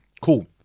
Cool